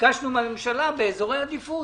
ביקשנו מן הממשלה, באזורי עדיפות